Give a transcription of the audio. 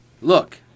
Look